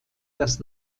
das